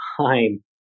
time